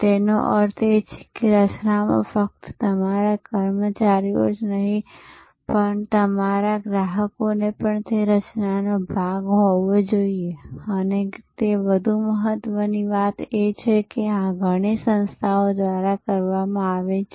જેનો અર્થ છે કે રચના ફક્ત તમારા કર્મચારીઓ જ નહીં પણ તમારા ગ્રાહકોએ પણ તે રચનાનો ભાગ હોવો જોઈએ અને વધુ મહત્ત્વની વાત એ છે કે આ ઘણી સંસ્થાઓ દ્વારા કરવામાં આવે છે